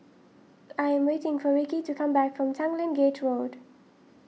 I am waiting for Rickey to come back from Tanglin Gate Road